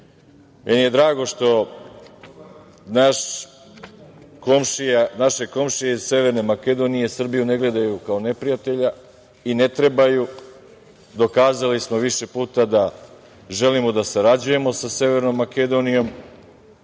je drago što naše komšije iz Severne Makedonije Srbiju ne gledaju kao neprijatelja i ne trebaju. Dokazali smo više puta da želimo da sarađujemo sa Severnom Makedonijom,